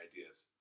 ideas